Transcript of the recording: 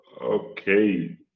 okay